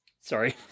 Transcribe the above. Sorry